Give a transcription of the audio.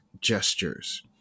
gestures